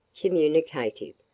communicative